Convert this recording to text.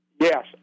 Yes